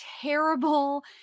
terrible